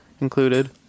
included